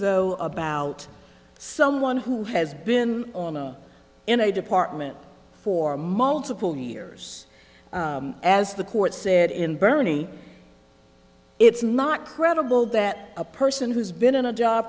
though about someone who has been in a department for multiple years as the court said in bernie it's not credible that a person who's been in a job